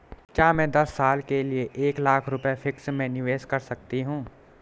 क्या मैं दस साल के लिए एक लाख रुपये फिक्स में निवेश कर सकती हूँ?